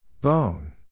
Bone